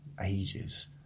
ages